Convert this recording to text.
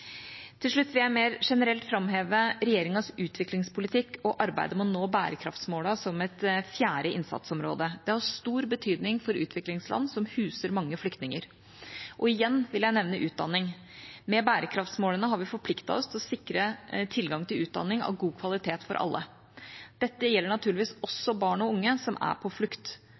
Til slutt vil jeg mer generelt framheve regjeringas utviklingspolitikk og arbeidet med å nå bærekraftsmålene som et fjerde innsatsområde. Det har stor betydning for utviklingsland som huser mange flyktninger. Og igjen vil jeg nevne utdanning. Med bærekraftsmålene har vi forpliktet oss til å sikre tilgang til utdanning av god kvalitet for alle. Dette gjelder naturligvis også barn og unge som er på flukt.